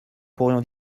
pourrions